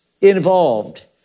involved